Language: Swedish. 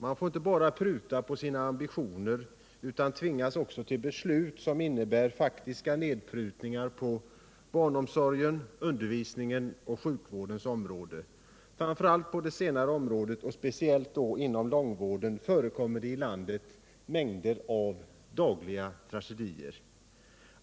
Man får inte bara pruta på sina ambitioner, utan man tvingas också till beslut som innebär faktiska nedprutningar på barnomsorgens, undervisningens och sjukvårdens områden. Framför allt på det senare området och speciellt då inom långvården förekommer i landet mängder av dagliga tragedier.